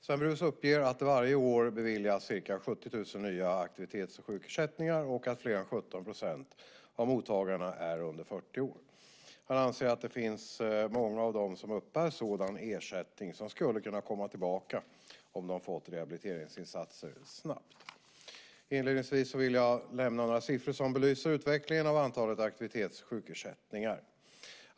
Sven Brus uppger att det varje år beviljas ca 70 000 nya aktivitets och sjukersättningar och att fler än 17 % av mottagarna är under 40 år. Han anser att det finns många av dem som uppbär sådan ersättning som skulle kunna komma tillbaka om de fått rehabiliteringsinsatser snabbt. Inledningsvis vill jag lämna några siffror som belyser utvecklingen av antalet aktivitets och sjukersättningar.